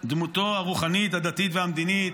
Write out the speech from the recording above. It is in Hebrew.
דמותו הרוחנית, הדתית והמדינית,